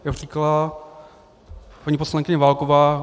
Jak říkala paní poslankyně Válková.